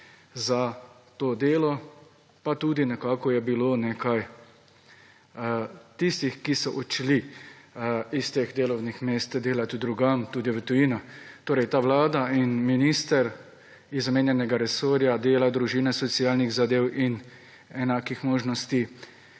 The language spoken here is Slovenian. za to delo, pa tudi nekako je bilo nekaj tistih, ki so odšli iz teh delovnih mest delat drugam, tudi v tujino. Torej, ta Vlada in minister iz omenjenega resorja, dela, družine, socialnih zadev in enakih možnosti,